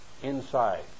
inside